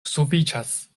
sufiĉas